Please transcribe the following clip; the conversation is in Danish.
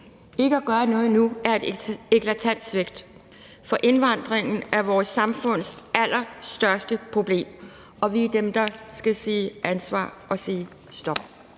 Ikke at gøre noget nu er et eklatant svigt. For indvandringen er vores samfunds allerstørste problem, og vi er dem, der skal tage et ansvar og sige stop.